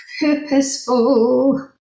purposeful